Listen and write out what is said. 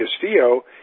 Castillo